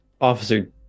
Officer